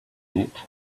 eat